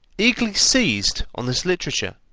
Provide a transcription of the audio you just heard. eagerly seized on this literature,